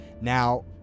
Now